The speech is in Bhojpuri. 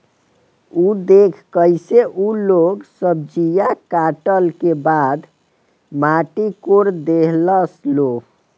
उ देखऽ कइसे उ लोग सब्जीया काटला के बाद माटी कोड़ देहलस लो